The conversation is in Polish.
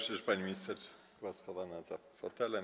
się, że pani minister była schowana za fotelem.